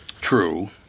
True